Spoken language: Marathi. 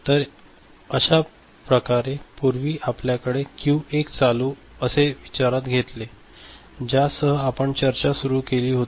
तर अशा प्रकारे पूर्वी आपल्याकडे क्यू 1 चालू असे विचारात घेतले ज्यासह आपण चर्चा सुरू केली होती